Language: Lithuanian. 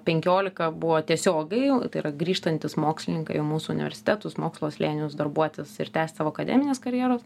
penkiolika buvo tiesiogiai tai yra grįžtantys mokslininkai į mūsų universitetus mokslo slėnius darbuotis ir tęst savo akademinės karjeros